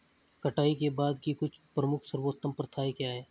कटाई के बाद की कुछ प्रमुख सर्वोत्तम प्रथाएं क्या हैं?